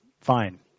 fine